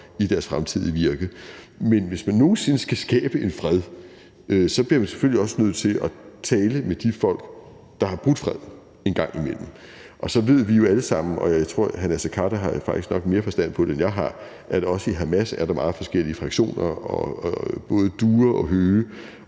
i deres fremtidige virke. Men hvis man nogen sinde skal skabe en fred, bliver man selvfølgelig også nødt til at tale med de folk, der har brudt freden, en gang imellem. Og så ved vi jo alle sammen – og jeg tror faktisk, at hr. Naser Khader nok har mere forstand på det, end jeg har – at også i Hamas er der meget forskellige fraktioner, både duer og høge,